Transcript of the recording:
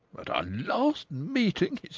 at our last meeting,